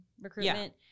recruitment